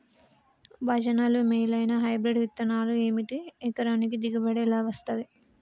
భజనలు మేలైనా హైబ్రిడ్ విత్తనాలు ఏమిటి? ఎకరానికి దిగుబడి ఎలా వస్తది?